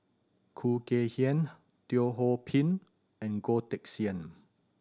Khoo Kay Hian Teo Ho Pin and Goh Teck Sian